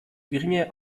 geringe